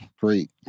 great